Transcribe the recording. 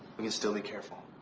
we can still be careful.